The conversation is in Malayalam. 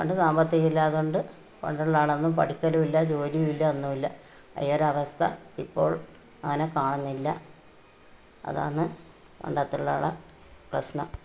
പണ്ട് സാമ്പത്തികം ഇല്ലാത്തോണ്ട് പണ്ടുള്ള ആളൊന്നും പഠിക്കലും ഇല്ല ജോലിയും ഇല്ല ഒന്നും ഇല്ല ഈയൊരു അവസ്ഥ ഇപ്പോള് അങ്ങനെ കാണുന്നില്ല അതാണ് പണ്ടത്തെ ഉള്ളവരുടെ പ്രശ്നം